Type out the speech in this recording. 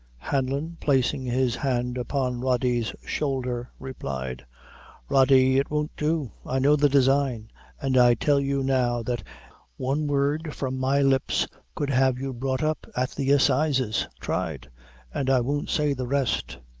hanlon, placing his hand upon rody's shoulder, replied rody, it won't do. i know the design and i tell you now that one word from my lips could have you brought up at the assizes tried and i won't say the rest.